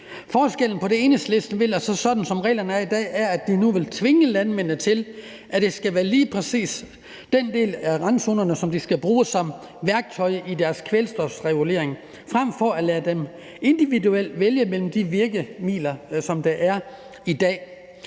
og reglerne, som de er i dag, er, at de nu vil tvinge landmændene til, at det skal være lige præcis randzonerne, som de skal bruge som et værktøj i deres kvælstofregulering, frem for at lade dem individuelt vælge mellem de virkemidler, der er i dag.